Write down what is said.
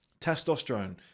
Testosterone